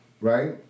right